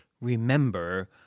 Remember